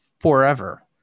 Forever